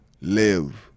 live